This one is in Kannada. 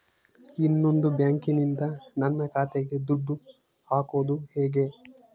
ಇನ್ನೊಂದು ಬ್ಯಾಂಕಿನಿಂದ ನನ್ನ ಖಾತೆಗೆ ದುಡ್ಡು ಹಾಕೋದು ಹೇಗೆ?